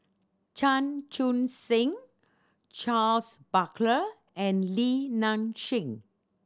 Chan Chun Sing Charles Paglar and Li Nanxing